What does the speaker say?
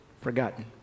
forgotten